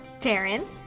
Taryn